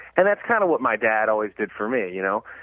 and that's kind of what my dad always did for me, you know.